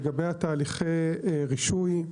לגבי תהליכי הרישוי,